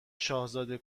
شاهزاده